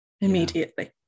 immediately